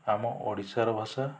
ଆମ ଓଡ଼ିଶାର ଭାଷା